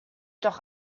doch